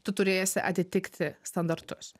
tu turėsi atitikti standartus